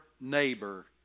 neighbor